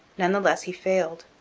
none the less he failed,